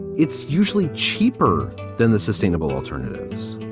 it's usually cheaper than the sustainable alternatives.